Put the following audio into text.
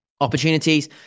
Opportunities